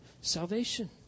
salvation